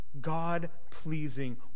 god-pleasing